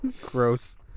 Gross